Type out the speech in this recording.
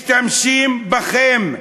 משתמשים בכם,